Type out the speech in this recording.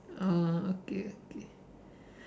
oh okay okay